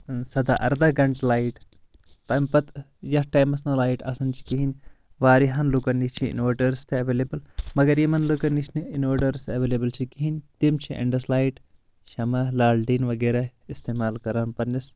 سدا ارداہ گھنٹہٕ لایٹ تمہِ پتہٕ یتھ ٹایمَس نہٕ لایٹ آسان چھِ کہِنۍ واریاہن لُکن نِش چھِ انوٲٹٲرس تہِ ایٚویلیبٕل مگر یِمن لُکن نِش نہٕ انوٲٹٲرس ایٚویلیبٕل چھِ کہِنۍ تِم چھِ ایٚنٛڈس لایٹ شمہ لالٹیٖن وغیرہ استعمال کران پننِس